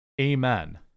amen